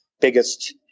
biggest